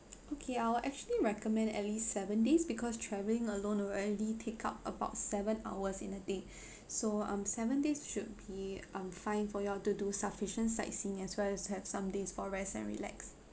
okay I'll actually recommend at least seven days because travelling alone already take up about seven hours in a day so um seven days should be um fine for you all to do sufficient sightseeing as well as you have some days for rest and relax